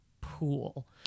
pool